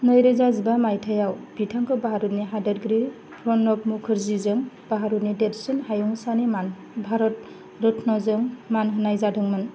नैरोजा जिबा माइथायाव बिथांखौ भारतनि हादोरगिरि प्रणब मुखर्जीजों भारतनि देरसिन हायुंसानि मान भारत रत्नजों मान होनाय जादोंमोन